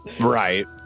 Right